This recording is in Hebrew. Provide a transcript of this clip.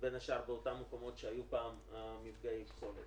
בין השאר באותם מקומות שהיו פעם מפגעי פסולת.